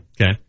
Okay